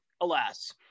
alas